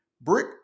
Brick